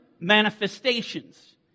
manifestations